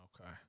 Okay